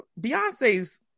Beyonce's